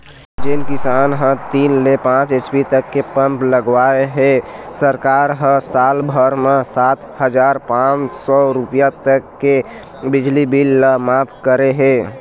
जेन किसान ह तीन ले पाँच एच.पी तक के पंप लगवाए हे सरकार ह साल भर म सात हजार पाँच सौ रूपिया तक के बिजली बिल ल मांफ करे हे